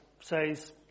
says